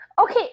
Okay